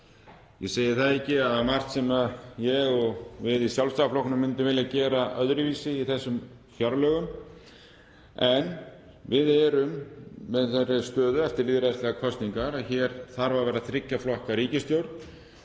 að það sé ekki margt sem ég og við í Sjálfstæðisflokknum myndum vilja gera öðruvísi í þessum fjárlögum en við erum í þeirri stöðu eftir lýðræðislegar kosningar að hér þarf að vera þriggja flokka ríkisstjórn.